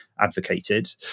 advocated